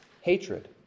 hatred